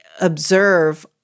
observe